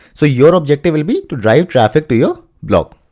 so your objective will be to drive traffic to your blog.